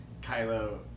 Kylo